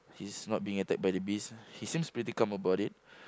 he's not being attacked by the bees he seems pretty calm about it